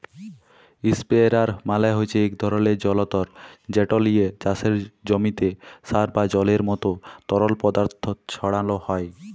ইসপেরেয়ার মালে হছে ইক ধরলের জলতর্ যেট লিয়ে চাষের জমিতে সার বা জলের মতো তরল পদাথথ ছড়ালো হয়